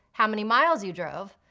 how many miles you drove,